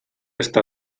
està